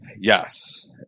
Yes